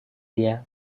dia